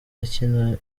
akina